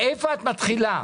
מאיפה את מתחילה?